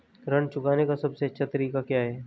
ऋण चुकाने का सबसे अच्छा तरीका क्या है?